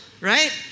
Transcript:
right